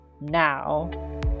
now